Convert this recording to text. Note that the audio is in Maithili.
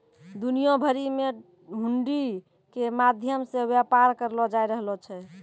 दुनिया भरि मे हुंडी के माध्यम से व्यापार करलो जाय रहलो छै